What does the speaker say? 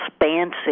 expansive